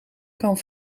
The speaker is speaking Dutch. kan